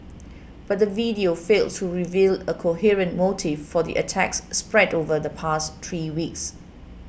but the video failed to reveal a coherent motive for the attacks spread over the past three weeks